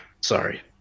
Sorry